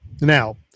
Now